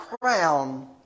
crown